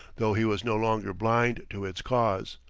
though he was no longer blind to its cause.